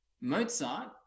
Mozart